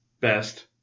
best